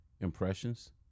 impressions